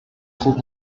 خوب